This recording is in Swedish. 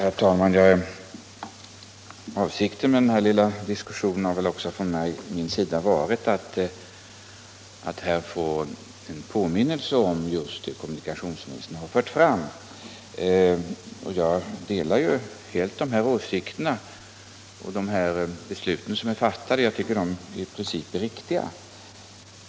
Herr talman! Avsikten med den här lilla diskussionen har också från min sida varit att påminna om just vad kommunikationsministern har fört fram. Jag delar helt hans åsikter i detta fall, och jag tycker att de beslut som har fattats i princip är riktiga.